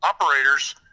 operators